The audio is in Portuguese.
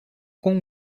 com